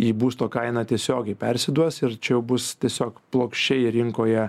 į būsto kainą tiesiogiai persiduos ir čia jau bus tiesiog plokščiai rinkoje